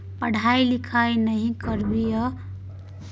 पढ़ाई लिखाई नहि करभी आ बनभी कारोबारी कोना चलतौ